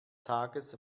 tages